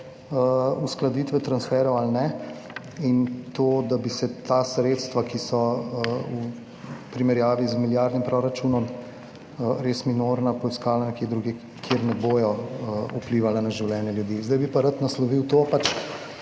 uskladitve transferjev ali ne, in na to, da bi se ta sredstva, ki so v primerjavi z milijardnim proračunom res minorna, poiskala nekje drugje, kjer ne bodo vplivala na življenje ljudi. Zdaj bi pa rad naslovil to.